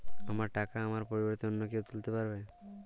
আমার টাকা আমার পরিবর্তে অন্য কেউ তুলতে পারবে?